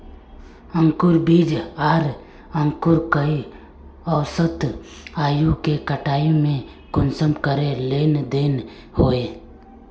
अंकूर बीज आर अंकूर कई औसत आयु के कटाई में कुंसम करे लेन देन होए?